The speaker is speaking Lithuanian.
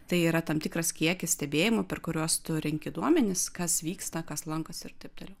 tai yra tam tikras kiekis stebėjimų per kuriuos tu renki duomenis kas vyksta kas lankosi ir taip toliau